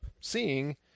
seeing